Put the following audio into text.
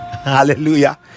Hallelujah